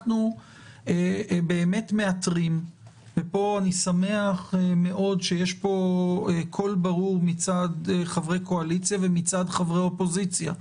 פה אני שמח מאוד שיש קול ברור מצד חברי קואליציה ומצד חברי אופוזיציה.